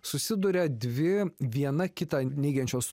susiduria dvi viena kitą neigiančios